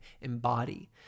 embody